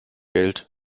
geld